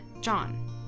John